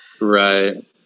right